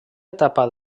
etapa